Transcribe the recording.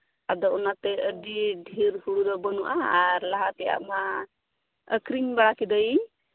ᱟᱫᱚ ᱚᱱᱟᱛᱮ ᱟᱹᱰᱤ ᱰᱷᱮᱨ ᱦᱩᱲᱩ ᱫᱚ ᱵᱟᱹᱱᱩᱜᱼᱟ ᱟᱨ ᱞᱟᱦᱟ ᱛᱮᱭᱟᱜ ᱢᱟ ᱟᱹᱠᱷᱨᱤᱧ ᱵᱟᱲᱟ ᱠᱤᱫᱟᱹᱭᱟᱹᱧ